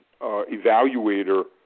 evaluator